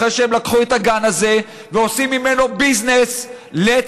אחרי שהם לקחו את הגן הזה ועושים ממנו ביזנס לצורכיהם,